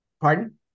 pardon